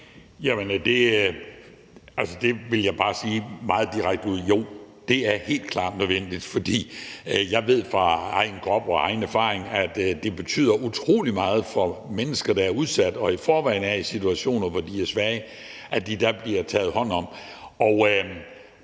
der vil jeg bare sige meget direkte: Jo, det er helt klart nødvendigt, for jeg ved fra egen krop og egen erfaring, at det betyder utrolig meget for mennesker, der er udsatte og i forvejen er i situationer, hvor de er svage, at blive taget hånd om.